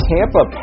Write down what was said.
Tampa